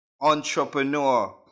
Entrepreneur